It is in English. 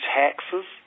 taxes